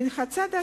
מן הצד השני,